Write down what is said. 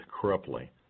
corruptly